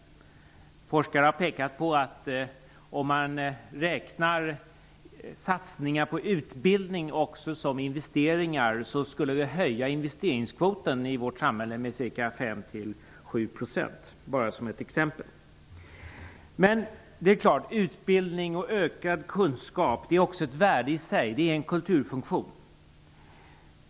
Forskare har pekat på att om man också räknar satsningar på utbildning som investeringar skulle det höja investeringskvoten i vårt samhälle med ca 5-7 %, bara som ett exempel. Utbildning och ökad kunskap är också ett värde i sig. Det är en kulturfunktion.